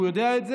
הוא יודע את זה,